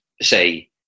say